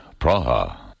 Praha